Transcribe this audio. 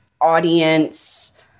audience